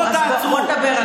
פה תעצרו.